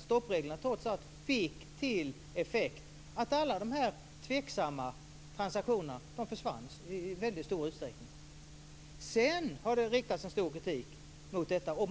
Stoppreglerna fick trots allt till effekt att alla de här tveksamma transaktionerna i väldigt stor utsträckning försvann. Sedan har en stor kritik riktats mot detta.